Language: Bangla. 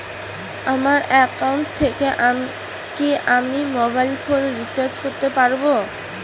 আমার একাউন্ট থেকে কি আমি মোবাইল ফোন রিসার্চ করতে পারবো?